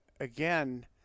again